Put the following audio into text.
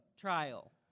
Trial